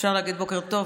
אפשר להגיד בוקר טוב,